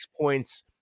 points